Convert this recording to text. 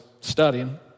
studying